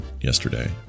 yesterday